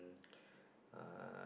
uh